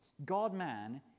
God-man